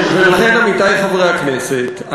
עמיתי חברי הכנסת,